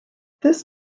this